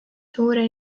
suure